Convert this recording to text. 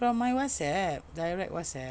from my WhatsApp direct WhatsApp